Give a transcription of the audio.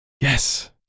Yes